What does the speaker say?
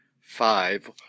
five